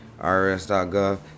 IRS.gov